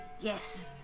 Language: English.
Yes